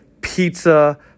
pizza